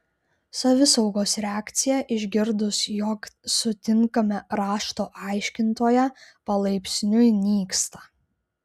savisaugos reakcija išgirdus jog sutinkame rašto aiškintoją palaipsniui nyksta